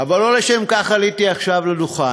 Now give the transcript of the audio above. אבל לא לשם כך עליתי עכשיו לדוכן.